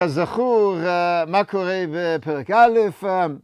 אז זכור, מה קורה בפרק א',